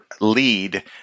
lead